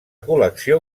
col·lecció